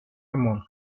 hammond